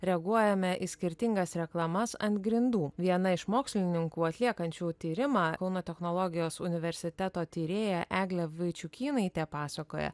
reaguojame į skirtingas reklamas ant grindų viena iš mokslininkų atliekančių tyrimą kauno technologijos universiteto tyrėja eglė vaičiukynaitė pasakoja